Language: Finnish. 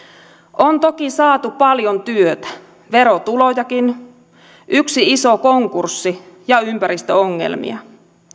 on toki saatu paljon työtä verotulojakin yksi iso konkurssi ja ympäristöongelmia